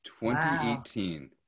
2018